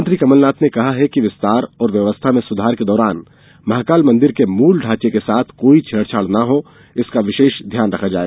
मुख्यमंत्री कमल नाथ ने कहा कि विस्तार और व्यवस्था में सुधार के दौरान महाकाल मंदिर के मूल ढांचे के साथ कोई छेड़छाड़ ना हो इसका विशेष ध्यान रखा जाए